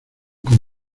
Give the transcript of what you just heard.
con